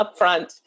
upfront